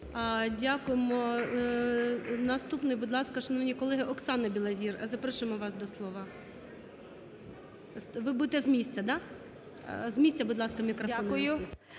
Дякуємо. Наступний, будь ласка, шановні колеги. Оксана Білозір. Запрошуємо вас до слова. Ви будете з місця, да? З місця, будь ласка, мікрофон